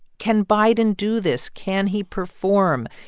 can biden do this? can he perform?